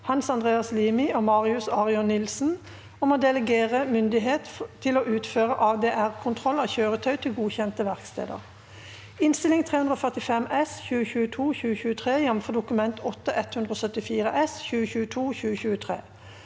Hans Andreas Limi og Marius Arion Nilsen om å delegere myndighet til å utføre ADR-kontroll av kjøretøy til godkjente verksteder (Innst. 345 S (2022– 2023), jf. Dokument 8:174 S (2022–2023))